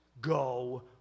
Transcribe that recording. go